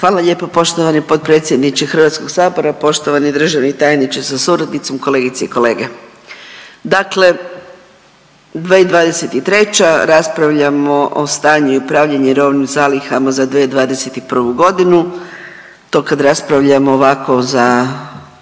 Hvala lijepa. Poštovani potpredsjedniče HS-a, poštovani državni tajniče sa suradnicom, kolegice i kolege. Dakle, 2023. raspravljamo o stanju i upravljanju robnim zalihama za 2021.g., to kad raspravljamo ovako za